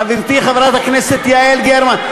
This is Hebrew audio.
חברתי חברת הכנסת יעל גרמן,